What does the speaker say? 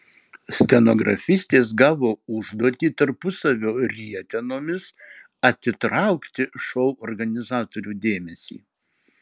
stenografistės gavo užduotį tarpusavio rietenomis atitraukti šou organizatorių dėmesį